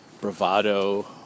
bravado